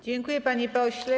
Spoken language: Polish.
Dziękuję, panie pośle.